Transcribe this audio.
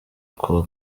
kuwa